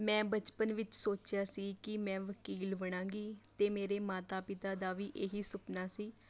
ਮੈਂ ਬਚਪਨ ਵਿੱਚ ਸੋਚਿਆ ਸੀ ਕਿ ਮੈਂ ਵਕੀਲ ਬਣਾਂਗੀ ਅਤੇ ਮੇਰੇ ਮਾਤਾ ਪਿਤਾ ਦਾ ਵੀ ਇਹੀ ਸੁਪਨਾ ਸੀ